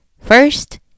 First